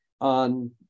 on